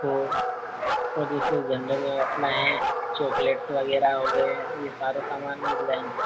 वो वो जैसे जनरल अपना है चॉकलेट्स वगैरह हो गए ये सारे सामान मिल जाएँगे